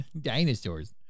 dinosaurs